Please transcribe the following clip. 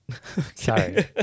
Sorry